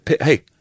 hey